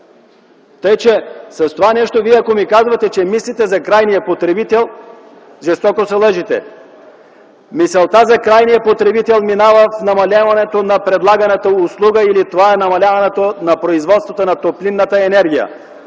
че с това нещо мислите за крайния потребител, жестоко се лъжете. Мисълта за крайния потребител минава в намаляването на предлаганата услуга или това е намаляването на производството на топлинната енергия